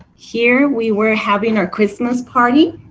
here we were having our christmas party.